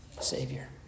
Savior